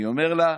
אני אומר לה,